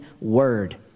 word